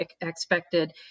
expected